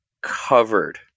covered